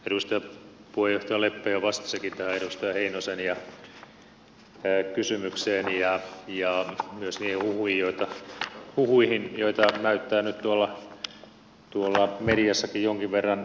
edustaja puheenjohtaja leppä jo vastasikin tähän edustaja heinosen kysymykseen ja myös niihin huhuihin joita näyttää nyt tuolla mediassakin jonkin verran liikkuvan